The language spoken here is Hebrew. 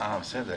בסדר.